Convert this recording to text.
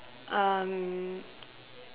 um